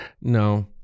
No